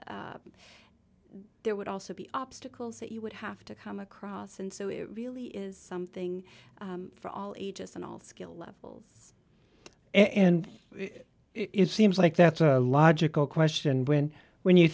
up there would also be obstacles that you would have to come across and so it really is something for all ages and all skill levels and it seems like that's a logical question when when you